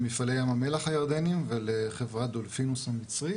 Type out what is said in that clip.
למפעלי ים המלח הירדנית ולחברת דוליפנוס המצרית.